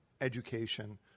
education